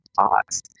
thoughts